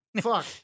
Fuck